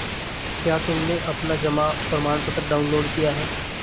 क्या तुमने अपना जमा प्रमाणपत्र डाउनलोड किया है?